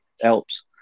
helps